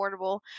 affordable